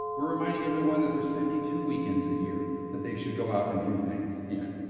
we're reminding everyone that there's fifty two weekends a year that they should go out and do things in.